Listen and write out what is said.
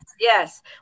Yes